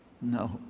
no